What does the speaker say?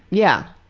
yeah.